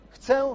Chcę